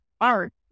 art